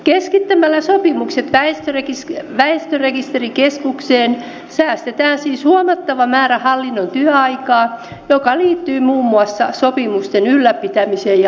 keskittämällä sopimukset väestörekisterikeskukseen säästetään siis huomattava määrä hallinnon työaikaa joka liittyy muun muassa sopimusten ylläpitämiseen ja laskutukseen